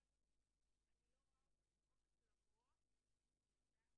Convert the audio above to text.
בשבוע שעבר